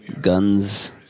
guns